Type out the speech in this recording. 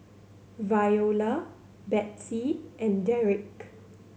Viola Betsey and Dereck